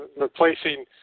replacing